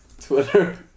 Twitter